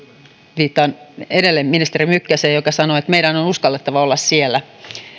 viittaan edelleen ministeri mykkäseen joka sanoi että meidän on uskallettava olla siellä